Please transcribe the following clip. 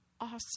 awesome